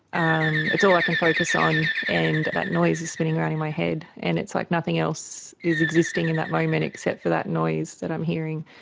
um it's all i can focus on, and that noise is spinning around in my head, and it's like nothing else is existing in that moment except for the noise that i'm hearing.